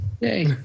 Yay